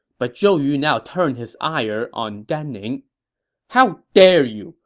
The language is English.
but zhou yu now turned his ire on gan ning how dare you!